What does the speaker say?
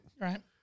Right